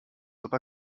aber